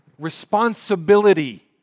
responsibility